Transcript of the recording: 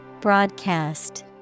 Broadcast